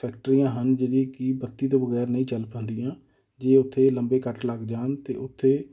ਫੈਕਟਰੀਆਂ ਹਨ ਜਿਹੜੀਆਂ ਕਿ ਬੱਤੀ ਤੋਂ ਵਗੈਰ ਨਹੀਂ ਚੱਲ ਪਾਉਂਦੀਆਂ ਜੇ ਉੱਥੇ ਲੰਬੇ ਕੱਟ ਲੱਗ ਜਾਣ ਅਤੇ ਉੱਥੇ